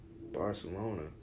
Barcelona